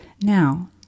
now